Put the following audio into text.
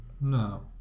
no